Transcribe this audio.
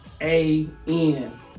A-N